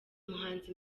muhanzi